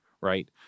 right